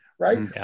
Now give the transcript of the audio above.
right